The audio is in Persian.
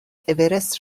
اورست